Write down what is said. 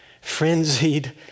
frenzied